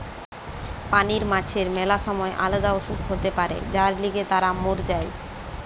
পানির মাছের ম্যালা সময় আলদা অসুখ হতে পারে যার লিগে তারা মোর যায়